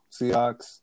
Seahawks